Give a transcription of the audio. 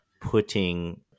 putting